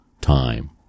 time